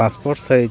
passport size